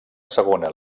segona